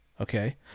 okay